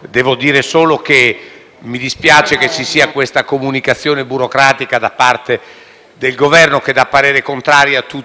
Devo dire solo che mi dispiace che ci sia questa comunicazione burocratica da parte del Governo che esprime parere contrario su